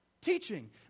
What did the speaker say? Teaching